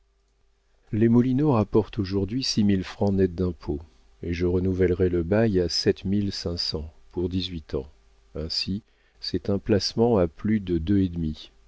les moulineaux rapportent aujourd'hui six mille francs nets d'impôts et je renouvellerai le bail à sept mille cinq cents pour dix-huit ans ainsi c'est un placement à plus de deux et demi